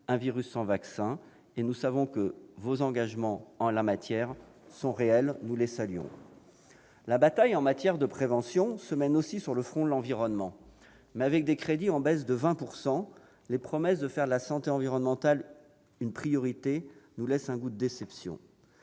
un virus sans vaccin. Nous savons que vos engagements en la matière sont réels et nous les saluons. La bataille en matière de prévention se mène aussi sur le front de l'environnement. Mais, avec des crédits en baisse de 20 %, les promesses de faire de la santé environnementale une priorité laissent un goût de déception.